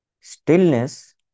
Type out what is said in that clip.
Stillness